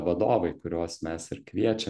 vadovai kuriuos mes ir kviečiam